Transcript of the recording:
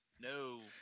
no